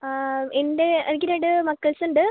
എൻ്റെ എനിക്ക് രണ്ട് മക്കള്സുണ്ട്